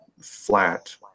flat